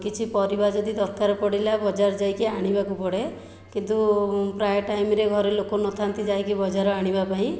କିଛି ପରିବା ଯଦି ଦରକାର ପଡ଼ିଲା ବଜାର ଯାଇକି ଆଣିବାକୁ ପଡ଼େ କିନ୍ତୁ ପ୍ରାୟ ଟାଇମରେ ଘରେ ଲୋକ ନଥାନ୍ତି ଯାଇକି ବଜାର ଆଣିବା ପାଇଁ